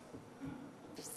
קודם